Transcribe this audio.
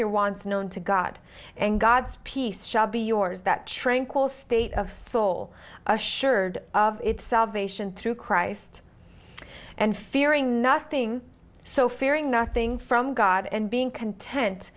your wants known to god and god's peace shall be yours that tranquil state of soul assured of itself through christ and fearing nothing so fearing nothing from god and being content